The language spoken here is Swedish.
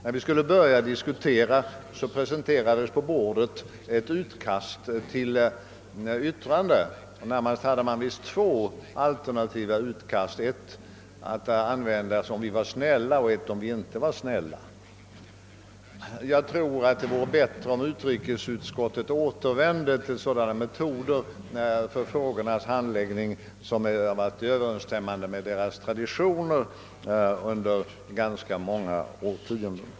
När vi skulle börja diskutera presenterades ett utkast till yttrande — det lär ha funnits två alternativa utkast, det ena skulle användas om vi var snälla och det andra om vi inte var snälla. Utrikesutskottet bör nog återvända till sådana metoder för frågornas handläggning som Ööverensstämmer med traditionen sedan gansga många årtionden.